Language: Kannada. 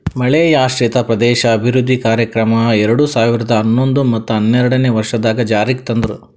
ಮಳೆಯಾಶ್ರಿತ ಪ್ರದೇಶ ಅಭಿವೃದ್ಧಿ ಕಾರ್ಯಕ್ರಮ ಎರಡು ಸಾವಿರ ಹನ್ನೊಂದು ಮತ್ತ ಹನ್ನೆರಡನೇ ವರ್ಷದಾಗ್ ಜಾರಿಗ್ ತಂದ್ರು